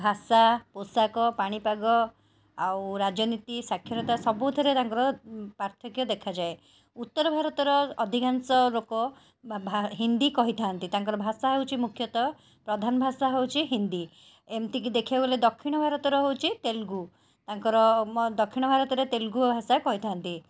ଭାଷା ପୋଷାକ ପାଣିପାଗ ଆଉ ରାଜନୀତି ସ୍ୱାକ୍ଷରତା ସବୁଥିରେ ତାଙ୍କର ପାର୍ଥକ୍ୟ ଦେଖାଯାଏ ଉତ୍ତର ଭାରତର ଅଧିକାଂଶ ଲୋକ ହିନ୍ଦୀ କହିଥାନ୍ତି ତାଙ୍କର ଭାଷା ହେଉଛି ମୁଖ୍ୟତଃ ପ୍ରଧାନ ଭାଷା ହେଉଛି ହିନ୍ଦୀ ଏମିତି କି ଦେଖିବାକୁ ଗଲେ ଦକ୍ଷିଣ ଭାରତର ହେଉଛି ତେଲୁଗୁ ତାଙ୍କର ଦକ୍ଷିଣ ଭାରତରେ ତେଲୁଗୁ ଭାଷା କହିଥାନ୍ତି